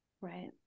right